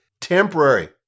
temporary